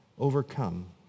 overcome